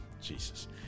Jesus